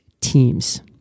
teams